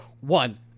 one